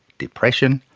depression,